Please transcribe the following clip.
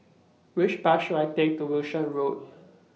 Which Bus should I Take to Wishart Road